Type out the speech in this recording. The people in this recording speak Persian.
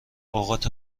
اوقات